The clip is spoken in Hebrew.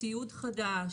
ציוד חדש,